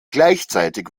gleichzeitig